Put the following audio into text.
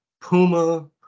Puma